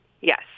yes